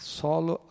solo